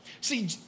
see